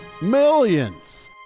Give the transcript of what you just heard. Millions